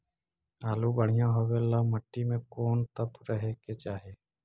आलु बढ़िया होबे ल मट्टी में कोन तत्त्व रहे के चाही?